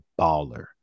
baller